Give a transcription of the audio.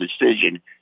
decision